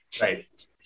Right